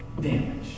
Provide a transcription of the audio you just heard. damage